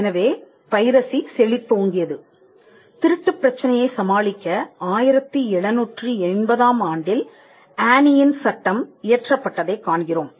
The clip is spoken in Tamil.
எனவே பைரசி செழித்தோங்கியது திருட்டுப் பிரச்சனையை சமாளிக்க 1780ஆம் ஆண்டில் ஆனியின் சட்டம் இயற்றப்பட்டதைக் காண்கிறோம்